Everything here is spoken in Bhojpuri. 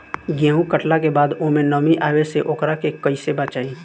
गेंहू कटला के बाद ओमे नमी आवे से ओकरा के कैसे बचाई?